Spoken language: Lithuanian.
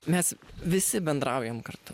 mes visi bendraujam kartu